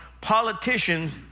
Politicians